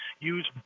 Use